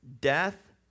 death